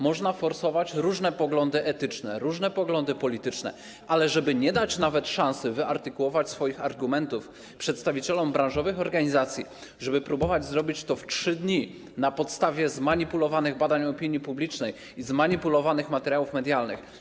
Można forsować różne poglądy etyczne, różne poglądy polityczne, ale żeby nie dać nawet szansy wyartykułować swoich argumentów przedstawicielom branżowych organizacji, żeby próbować zrobić to w ciągu 3 dni na podstawie zmanipulowanych badań opinii publicznej i zmanipulowanych materiałów medialnych?